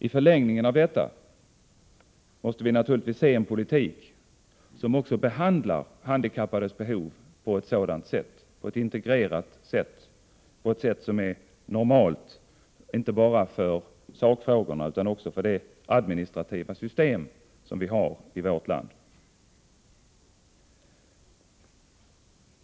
I förlängningen av detta vill vi naturligtvis se en politik som också behandlar handikappades behov på ett sätt, som är normalt inte bara för sakfrågorna utan också för det administrativa system som vi har i vårt land.